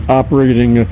operating